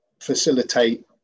facilitate